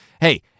hey